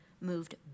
moved